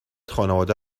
خانواده